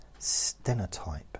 Stenotype